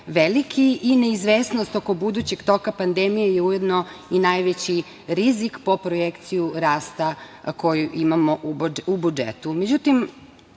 veliki i neizvesnost oko budućeg toka pandemije je ujedno i najveći rizik po projekciju rasta koji imamo u budžetu.Međutim,